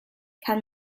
kann